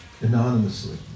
anonymously